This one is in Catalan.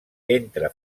entre